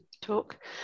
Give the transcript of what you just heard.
talk